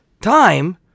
time